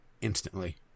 instantly